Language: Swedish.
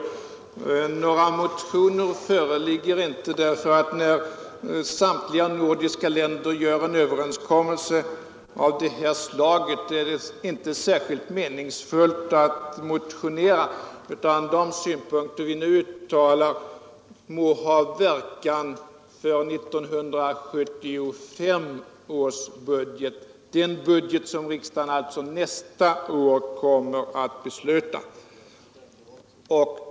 För det första: Några motioner föreligger inte, därför att när samtliga nordiska länder gör en överenskommelse av det här slaget är det inte särskilt meningsfullt att motionera, utan de synpunkter vi nu uttalar må ha verkan för 1975 års budget — den budget som riksdagen alltså nästa år kommer att fatta beslut om.